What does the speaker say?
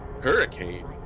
Hurricane